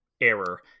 error